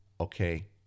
okay